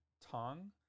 tong